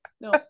No